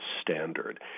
standard